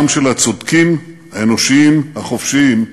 דרכם של הצודקים, האנושיים, החופשיים,